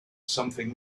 something